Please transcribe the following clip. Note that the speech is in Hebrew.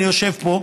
אני יושב פה,